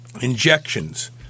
injections